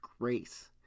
grace